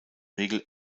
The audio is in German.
regel